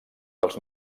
dels